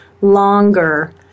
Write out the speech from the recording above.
longer